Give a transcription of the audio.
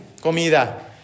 comida